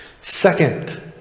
Second